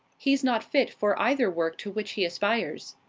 he's not fit for either work to which he aspires.